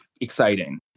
exciting